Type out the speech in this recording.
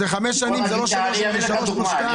זה חמש שנים, כי זה שלוש פלוס שתיים.